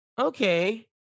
Okay